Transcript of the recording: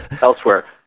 elsewhere